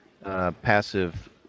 passive